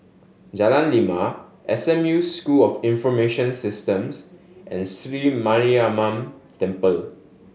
Jalan Lima S M U School of Information Systems and Sri Mariamman Temple